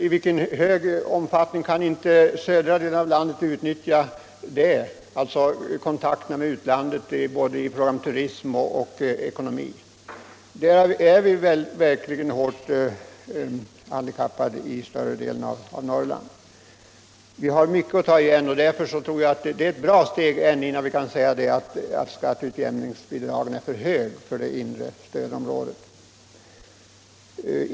I hur stor omfattning kan inte södra delen av landet t.ex. utnyttja kontakterna med utlandet i fråga om både turism och ekonomi? Där är vi verkligen handikappade i större delen av Norrland. Vi har mycket att ta igen och därför tror jag det krävs lång tid ännu innan vi kan säga att skatteutjämningsbidragen är för höga för det inre stödområdet.